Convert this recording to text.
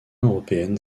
européenne